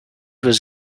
was